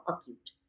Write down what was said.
acute